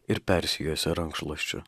ir persijuosia rankšluosčiu